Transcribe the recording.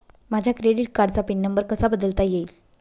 माझ्या क्रेडिट कार्डचा pin number कसा बदलता येईल?